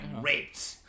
raped